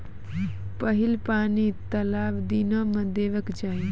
पहिल पानि कतबा दिनो म देबाक चाही?